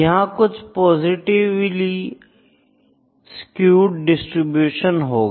यह कुछ positively skewed distribution होगा